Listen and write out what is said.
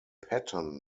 patton